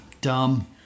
Dumb